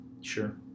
sure